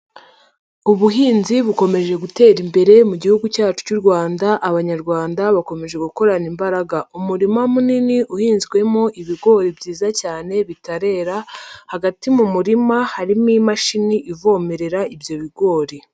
Ubuhinzi bukomeje gutera imbere mu gihugu cyacu cy'u Rwanda, Abanyarwanda bakomeje gukorana imbaraga. Umurima munini uhinzwemo ibigori byiza cyane bitarera, hagati mu murima harimo imashini ivomerera ibyo bigori.